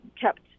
kept